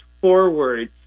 forward